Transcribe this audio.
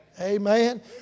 Amen